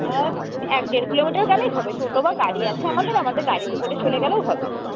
হ্যাঁ এক দেড় কিলোমিটার গেলেই হবে টোটো বা গাড়ি আছে আমাদের আমাদের গাড়িতে করে চলে গেলেও হবে